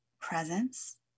presence